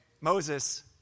Moses